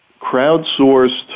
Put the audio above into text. crowdsourced